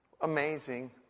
Amazing